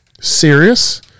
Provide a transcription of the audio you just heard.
serious